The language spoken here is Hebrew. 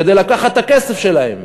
כדי לקחת את הכסף שלהם.